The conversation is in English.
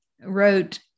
wrote